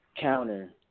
counter